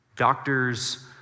doctors